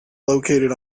located